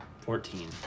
fourteen